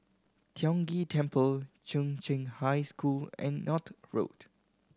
Tiong Ghee Temple Chung Cheng High School and North Road